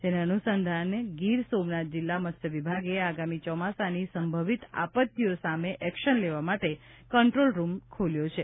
જેને અનુસંધાની ગીર સોમનાથ જિલ્લા મત્સ્ય વિભાગે આગામી ચોમાસાની સંભવિત આપત્તિઓ સામે એકશન લેવા માટે કન્ટ્રોલ રૂમ ખોલ્યો છે